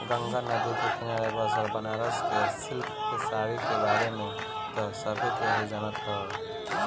गंगा नदी के किनारे बसल बनारस के सिल्क के साड़ी के बारे में त सभे केहू जानत होई